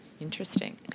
Interesting